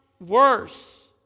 worse